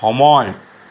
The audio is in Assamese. সময়